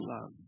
love